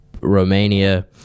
Romania